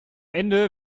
ende